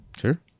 Sure